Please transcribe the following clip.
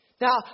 Now